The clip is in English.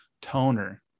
toner